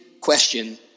question